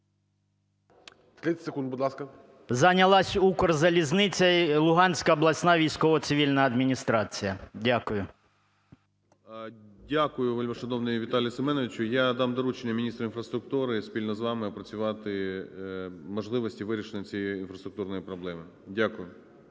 …зайнялась "Укрзалізниця" і Луганська обласна військово-цивільна адміністрація. Дякую. 11:00:06 ГРОЙСМАН В.Б. Дякую, вельмишановний Віталію Семеновичу. Я дам доручення міністру інфраструктури спільно з вами опрацювати можливості вирішення цієї інфраструктурної проблеми. Дякую.